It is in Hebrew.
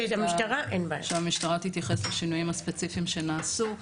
שהמשטרה תתייחס לשינויים הספציפיים שנעשו.